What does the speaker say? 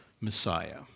Messiah